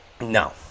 No